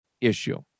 issue